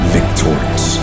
Victorious